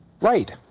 Right